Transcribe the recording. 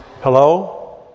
Hello